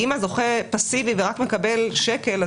אם הזוכה פאסיבי ורק מקבל שקל,